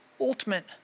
ultimate